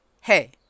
hey